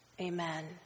Amen